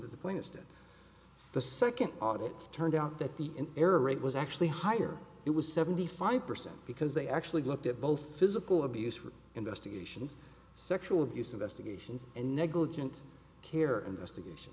that the plainest it the second audit turned out that the error rate was actually higher it was seventy five percent because they actually looked at both physical abuse for investigations sexual abuse investigation and negligent care investigation